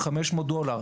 500 דולר,